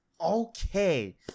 Okay